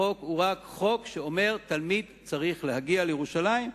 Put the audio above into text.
הצעת החוק רק אומרת: תלמיד צריך להגיע לירושלים,